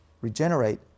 regenerate